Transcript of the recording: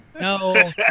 No